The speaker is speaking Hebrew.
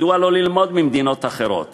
מדוע לא ללמוד ממדינות אחרות